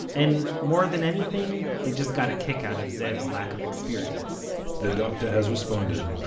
and, more than anything, they just got a kick out of zev's lack of experience the doctor has responded,